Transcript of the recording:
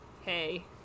Hey